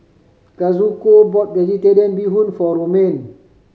Kazuko bought Vegetarian Bee Hoon for Romaine